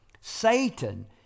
Satan